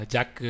Jack